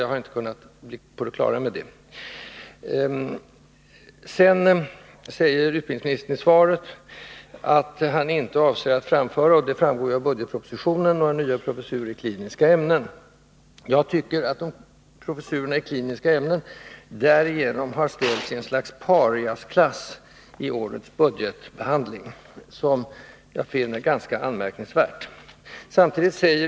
Jag har inte kunnat bli på det klara med det. Utbildningsministern säger i svaret att han inte avser att framlägga — och det framgår i budgetpropositionen — förslag om några nya professurer i kliniska ämnen. Jag tycker att professurerna i kliniska ämnen därigenom har ställts i något slags pariasklass i årets budgetbehandling, vilket jag finner ganska anmärkningsvärt.